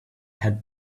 had